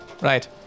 Right